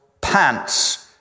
pants